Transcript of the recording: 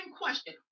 question